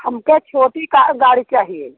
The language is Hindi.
हमको छोटी कार गाड़ी चाहिए